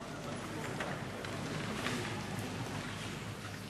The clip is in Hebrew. (חברי הכנסת מכבדים בקימה את זכרו של המנוח.)